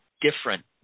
different